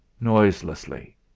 noiselessly